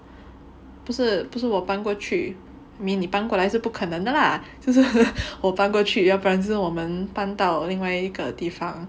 不是不是我搬过去 I mean 你搬过来是不可能的 lah 就是 我搬过去要不然就是我们搬到另外一个地方